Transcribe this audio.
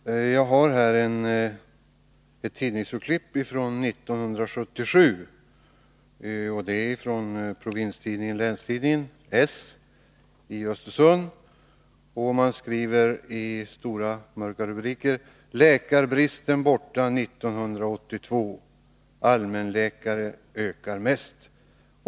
Herr talman! Jag har här ett tidningsurklipp från 1977 ur den socialdemokratiska provinstidningen Länstidningen Östersund. Man skriver med stora, mörka bokstäver följande rubriker: ”Läkarbristen borta 1982 — Allmänläkare ökar mest”.